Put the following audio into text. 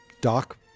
doc